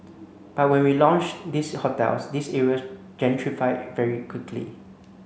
but when we launched these hotels these areas gentrified very quickly